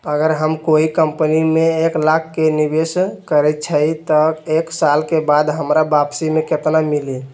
अगर हम कोई कंपनी में एक लाख के निवेस करईछी त एक साल बाद हमरा वापसी में केतना मिली?